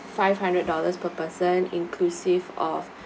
five hundred dollars per person inclusive of